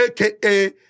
aka